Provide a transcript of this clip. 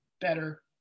better